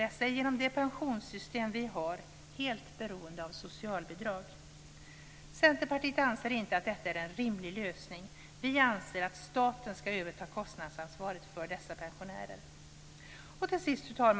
Dessa är genom det pensionssystem som vi har helt beroende av socialbidrag. Fru talman!